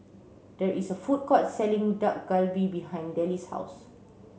there is a food court selling Dak Galbi behind Dellie's house